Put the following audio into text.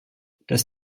das